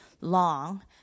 long